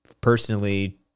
personally